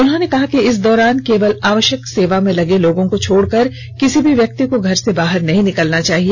उन्होंने कहा कि इस दौरान केवल आवश्यक सेवा में लगे लोगों को छोड़कर किसी भी व्यक्ति को घर से बाहर नहीं निकलना चाहिए